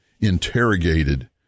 interrogated